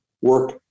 work